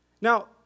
Now